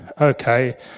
okay